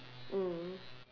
mm